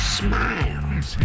smiles